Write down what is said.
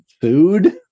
food